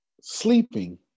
Sleeping